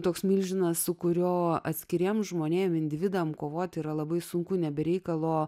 toks milžinas su kurio atskiriems žmonėms individams kovoti yra labai sunku ne be reikalo